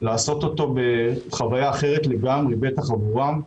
לעשות אותו בחוויה אחרת לגמרי, בטח עבורם.